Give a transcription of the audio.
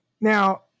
Now